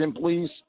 please